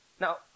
now